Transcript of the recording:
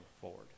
forward